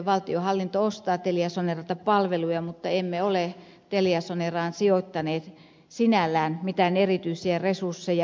valtionhallinto ostaa teliasoneralta palveluja mutta emme ole teliasoneraan sijoittaneet sinällään mitään erityisiä resursseja